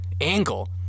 angle